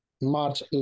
March